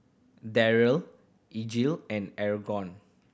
Darrell Elige and